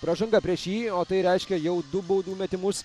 pražanga prieš jį o tai reiškia jau du baudų metimus